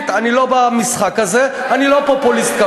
עמיר פרץ,